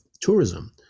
tourism